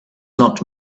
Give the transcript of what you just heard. not